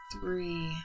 three